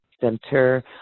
Center